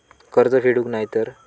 कर्ज फेडूक नाय तर?